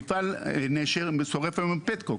מפעל נשר שורף היום פטקוק,